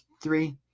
three